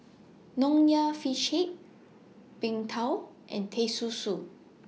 Nonya Fish Head Png Tao and Teh Susu